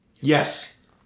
Yes